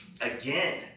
again